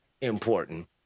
important